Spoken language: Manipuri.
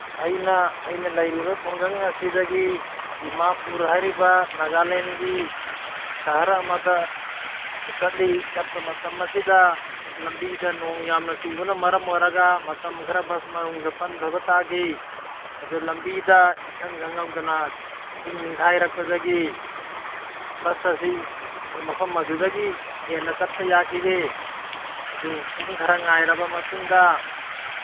ꯑꯩꯅ ꯑꯩꯅ ꯂꯩꯔꯤꯕ ꯈꯨꯡꯒꯪ ꯑꯁꯤꯗꯒꯤ ꯗꯤꯃꯥꯄꯨꯔ ꯍꯥꯏꯔꯤꯕ ꯅꯥꯒꯥꯂꯦꯟꯒꯤ ꯁꯍꯔ ꯑꯃꯗ ꯆꯠꯂꯤ ꯆꯠꯄ ꯃꯇꯝ ꯑꯁꯤꯗ ꯂꯝꯕꯤꯗ ꯅꯣꯡ ꯌꯥꯝꯅ ꯆꯨꯕꯅ ꯃꯔꯝ ꯑꯣꯏꯔꯒ ꯃꯇꯝ ꯈꯔ ꯕꯁ ꯃꯅꯨꯡꯗ ꯄꯟꯊꯕ ꯇꯥꯈꯤ ꯑꯗꯨ ꯂꯝꯕꯤꯗ ꯏꯈꯪ ꯈꯪꯍꯧꯗꯅ ꯆꯤꯡ ꯅꯤꯡꯈꯥꯏꯔꯛꯄꯗꯒꯤ ꯕꯁ ꯑꯁꯤ ꯃꯐꯝ ꯑꯗꯨꯗꯒꯤ ꯍꯦꯟꯅ ꯆꯠꯄ ꯌꯥꯈꯤꯗꯦ ꯑꯗꯨ ꯄꯨꯡ ꯈꯔ ꯉꯥꯏꯔꯕ ꯃꯇꯨꯡꯗ